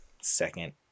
second